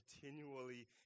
continually